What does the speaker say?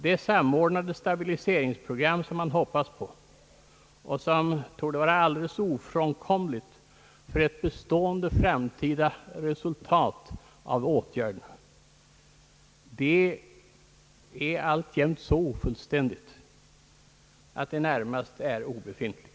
Det samordnande stabiliseringsprogram som man hoppats på, och som torde vara alldeles ofrånkomligt för ett bestående framtida resultat av åtgärderna är alltjämt så ofullständigt att det närmast är obefintligt.